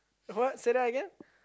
what say that again